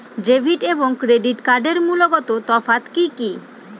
Debit এবং credit কার্ডের মূলগত তফাত কি কী?